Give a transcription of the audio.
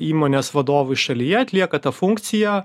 įmonės vadovui šalyje atlieka tą funkciją